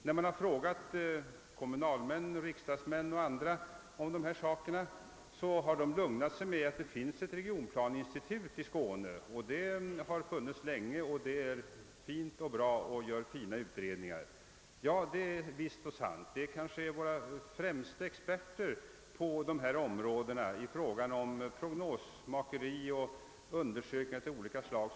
När man frågat riksdagsmän, kommunalmän och andra om dessa saker, har de hänvisat till — och tycks lugna sig med detta — att det finns ett regionplaneinstitut i Skåne och att detta har funnits länge och gjort fina utredningar. Ja, det är visst och sant. I detta institut finns våra kanske främsta experter när det gäller prognosmakeri och undersökningar av olika slag.